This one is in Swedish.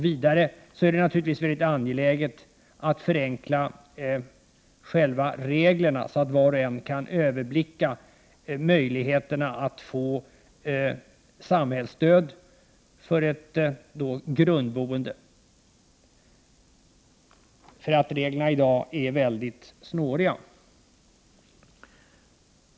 Vidare är det naturligtvis angeläget att förenkla själva reglerna, så att var och en kan överblicka möjligheterna att få samhällsstöd för ett grundboende — i dag är reglerna oerhört snåriga.